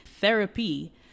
Therapy